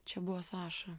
čia buvo saša